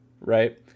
right